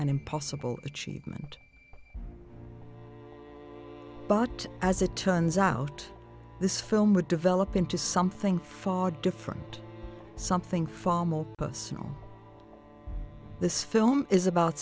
impossible achievement but as it turns out this film would develop into something far different something far more personal this film is about